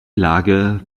lage